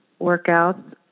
workouts